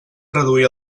reduir